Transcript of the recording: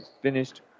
finished